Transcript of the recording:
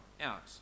out